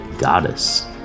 goddess